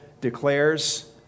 declares